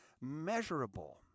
measurable